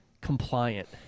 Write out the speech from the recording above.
compliant